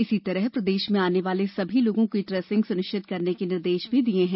इसी तरह प्रदेश में आने वाले सभी लोगों की ट्रेसिंग सुनिश्चित करने के निर्देश भी दिए गए हैं